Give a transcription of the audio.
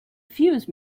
fuse